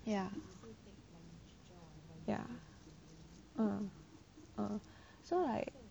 orh ya ya 嗯嗯 so like